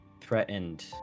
threatened